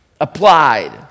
applied